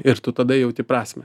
ir tu tada jauti prasmę